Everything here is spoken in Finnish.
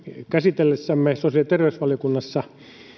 käsitellessämme sosiaali ja terveysvaliokunnassa